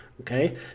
Okay